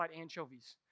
anchovies